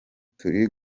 turi